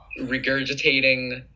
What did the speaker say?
regurgitating